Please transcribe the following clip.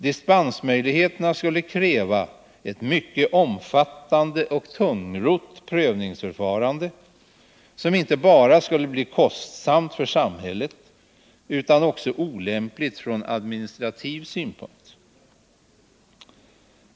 Dispensmöjligheterna skulle kräva ett omfattande och tungrott prövningsförfarande, som inte bara skulle bli kostsamt för samhället utan också olämpligt från administrativ synpunkt.